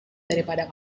daripada